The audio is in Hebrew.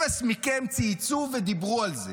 אפס מכם צייצו ודיברו על זה.